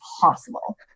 possible